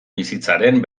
bizitzaren